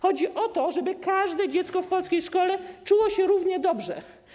Chodzi o to, żeby każde dziecko w polskiej szkole czuło się równie dobrze.